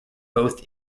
both